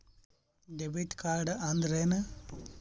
Debit ಕಾರ್ಡ್ಅಂದರೇನು?